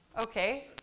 Okay